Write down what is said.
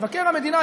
מבקר המדינה,